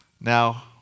Now